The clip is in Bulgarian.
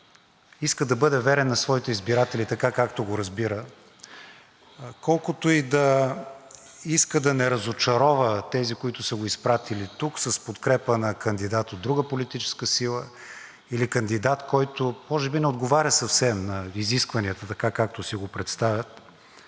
иска да бъде верен на своите избиратели, така както го разбира, колкото и да иска да не разочарова тези, които са го изпратили тук, с подкрепа на кандидат от друга политическа сила или кандидат, който може би не отговаря съвсем на изискванията – така, както си го представят,